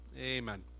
Amen